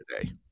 today